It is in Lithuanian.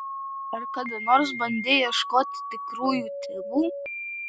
ar kada nors bandei ieškoti tikrųjų tėvų